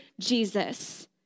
Jesus